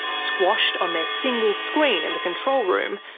squashed on their single screen in the control room,